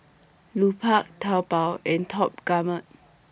Lupark Taobao and Top Gourmet